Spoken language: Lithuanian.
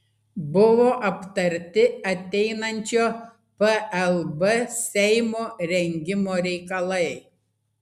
buvo aptarti ateinančio plb seimo rengimo reikalai